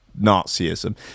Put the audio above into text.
Nazism